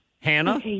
Hannah